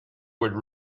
would